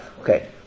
Okay